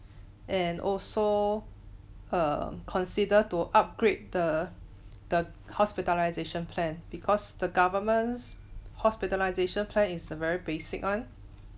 and also err consider to upgrade the the hospitalisation plan because the government's hospitalisation plan is the very basic one